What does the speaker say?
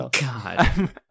God